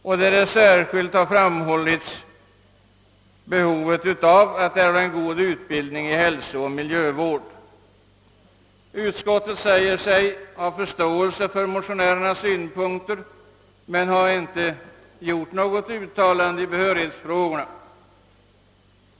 Där har också särskilt framhållits behovet av en god utbildning i hälsooch miljövård. Utskottet säger sig ha förståelse för motionärernas synpunkter men har inte gjort något uttalande i behörighetsfrågorna.